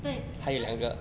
对 so